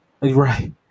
Right